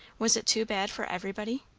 was it too bad for everybody?